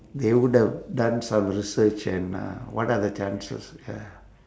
they would have done some research and uh what are the chances ya